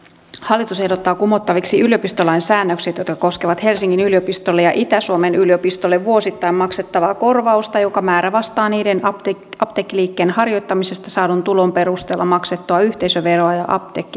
hallitus ehdottaa kumottaviksi yliopistolain säännökset jotka koskevat helsingin yliopistolle ja itä suomen yliopistolle vuosittain maksettavaa korvausta jonka määrä vastaa niiden apteekkiliikkeen harjoittamisesta saadun tulon perusteella maksettua yhteisöveroa ja apteekkimaksua